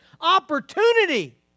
opportunity